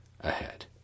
ahead